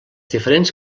diferents